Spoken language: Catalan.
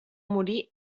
morir